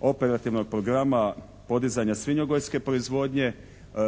operativnog programa podizanja svinjogojske proizvodnje